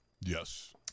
Yes